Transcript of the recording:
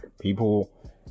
people